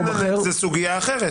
-- לכן זו סוגיה אחרת.